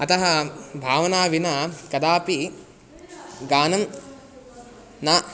अतः भावनया विना कदापि गानं न